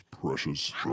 precious